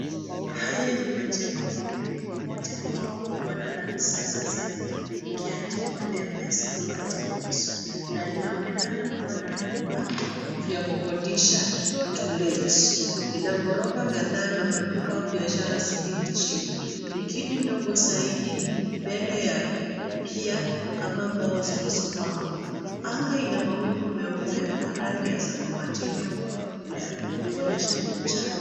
Haya ni majengo mawili moja likiwa kubwa na la kisasa zaidi likiadikwa MS Appartments na linaonekana kuwa vyumba vya kukodisha (cs)to Let(cs),inagorofa kadhaa na maduka ya biashra zingine chini .Lingine dongo zaidi mbele yake pia kama mbao zilizopagwa .Anga inamawingu meupe ya rangi ya samawati iliyokolea kuonyesha ni mchana.